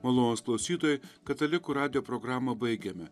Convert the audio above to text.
malonūs klausytojai katalikų radijo programą baigiame